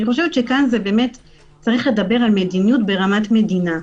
אני חושבת שצריך לדבר על מדיניות ברמת מדינה.